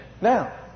Now